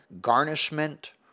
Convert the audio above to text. garnishment